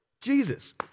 Jesus